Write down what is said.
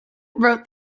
wrote